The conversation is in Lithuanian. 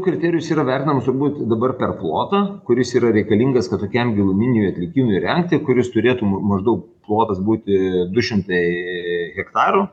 kriterijus yra vertinamas turbūt dabar per plotą kuris yra reikalingas kad tokiam giluminiui atliekynui įrengti kuris turėtum maždaug plotas būti du šimtai hektarų